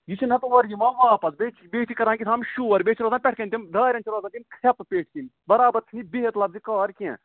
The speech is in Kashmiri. یہِ چھِ نتہٕ اورٕ یِوان واپَس بیٚیہِ چھِ بیٚیہِ چھِ کَران کیٛاہتام شور بیٚیہِ چھُ روزان پٮ۪ٹھٕ کنہِ تِم دارٮ۪ن چھِ روزان تِم کھرٛپہٕ پٮ۪ٹھۍ کِنۍ بَرابر چھِنہٕ یہِ بِہتھ لفظِ کار کینٛہہ